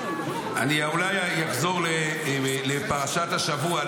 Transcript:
אני אולי אחזור לפרשת השבוע.